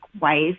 wife